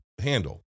handle